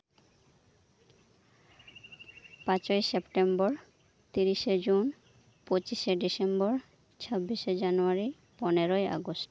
ᱯᱟᱪᱮᱭ September ᱛᱤᱨᱤᱥᱮ June ᱯᱚᱸᱪᱤᱥᱮ December ᱪᱷᱟᱵᱵᱤᱥ ᱮ ᱡᱟᱱᱩᱣᱟᱨᱤ ᱯᱚᱱᱮᱨᱳᱭ ᱟᱜᱚᱥᱴ